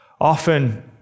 often